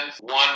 one